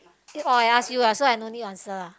eh oh I ask you !huh! so I no need answer lah